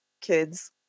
kids